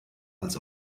als